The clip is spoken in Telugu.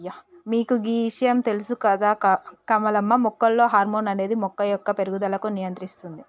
మీకు గీ ఇషయాం తెలుస కమలవ్వ మొక్కలలో హార్మోన్ అనేది మొక్క యొక్క పేరుగుదలకు నియంత్రిస్తుంది